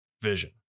vision